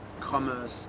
commerce